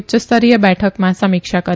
ઉચ્યસ્તરીય બેઠકમાં સમીક્ષા કરી